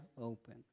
open